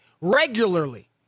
regularly